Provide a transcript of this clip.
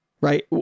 Right